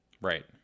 right